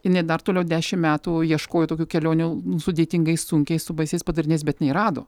jinai dar toliau dešimt metų ieškojo tokių kelionių sudėtingais sunkiais su baisiais padariniais bet jinai rado